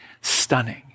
stunning